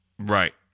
Right